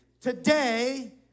today